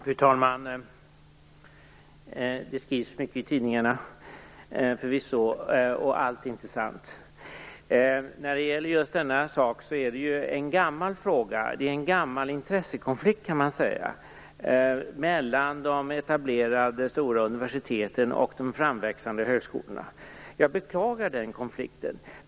Fru talman! Det skrivs förvisso mycket i tidningarna, och allt är inte sant. Just denna sak är en gammal intressekonflikt, kan man säga, mellan de etablerade stora universiteten och de framväxande högskolorna. Jag beklagar denna konflikt.